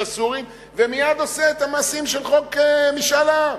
הסורים ומייד עושה את המעשים של חוק משאל העם.